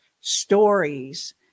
stories